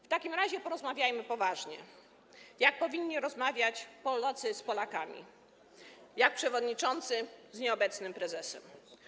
W takim razie porozmawiajmy poważnie, jak powinni rozmawiać Polacy z Polakami, jak przewodniczący z nieobecnym prezesem.